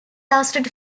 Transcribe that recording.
lasted